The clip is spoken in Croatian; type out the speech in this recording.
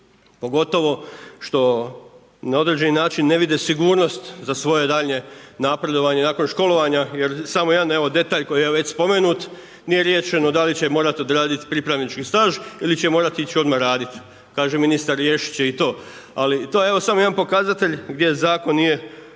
pogotovo što na određeni način ne vide sigurnost za svoje daljnje napredovanje nakon školovanje, jer samo evo, detalj koji je već spomenut, nije riješeno, da li će morati odraditi pripravnički staž ili će morati ići odmah raditi. Kaže ministar, riješiti će i to. Ali, to je evo, samo jedan pokazatelj, gdje zakon nije kompletan